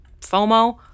FOMO